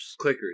Clickers